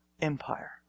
Empire